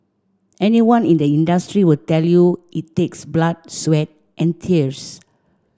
anyone in this industry will tell you it takes blood sweat and tears